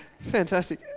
Fantastic